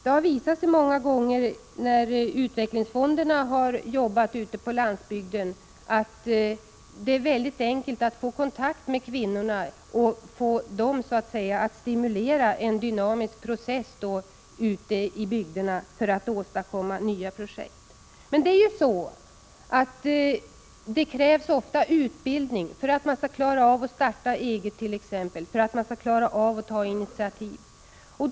Det har många gånger visat sig i utvecklingsfondernas arbete på landsbygden att det är enkelt att få kontakt med kvinnorna och att få dem att delta i en dynamisk process för att åstadkomma nya projekt ute i bygderna. Men för att t.ex. starta eget och ta egna initiativ krävs ofta utbildning.